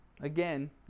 Again